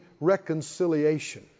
reconciliation